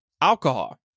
alcohol